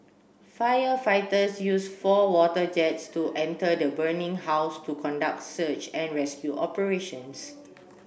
firefighters used four water jets to enter the burning house to conduct search and rescue operations